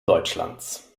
deutschlands